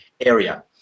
area